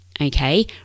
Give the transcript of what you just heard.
Okay